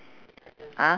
ah